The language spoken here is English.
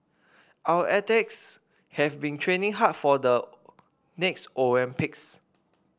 our athletes have been training hard for the next Olympics